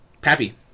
Pappy